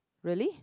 really